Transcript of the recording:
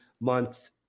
month